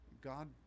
God